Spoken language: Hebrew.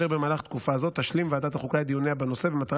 ובמהלך תקופה זו תשלים ועדת החוקה את דיוניה בנושא במטרה